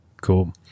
Cool